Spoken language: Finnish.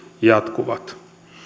jatkuvat